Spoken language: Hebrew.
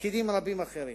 ותפקידים רבים אחרים.